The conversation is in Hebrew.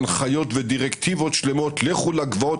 הנחיות ודירקטיבות שלמות: לכו לגבעות,